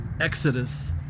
Exodus